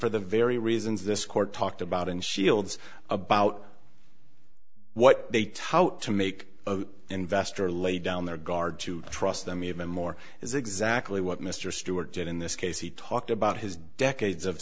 for the very reasons this court talked about and shields about what they tout to make the investor lay down their guard to trust them even more is exactly what mr stewart did in this case he talked about his decades of